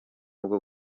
bwo